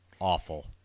Awful